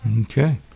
okay